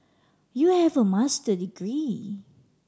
you have a Master degree